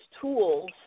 tools